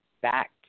back